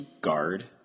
guard